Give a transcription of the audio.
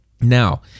Now